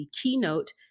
keynote